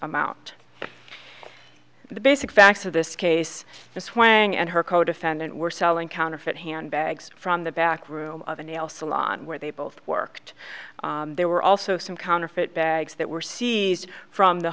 amount the basic facts of this case this when you and her codefendant were selling counterfeit handbags from the back room of a nail salon where they both worked there were also some counterfeit bags that were seized from the